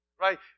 right